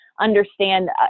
understand